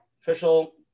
official